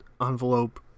envelope